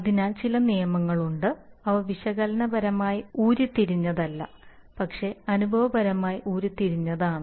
അതിനാൽ ചില നിയമങ്ങളുണ്ട് അവ വിശകലനപരമായി ഉരുത്തിരിഞ്ഞതല്ല പക്ഷേ അനുഭവപരമായി ഉരുത്തിരിഞ്ഞതാണ്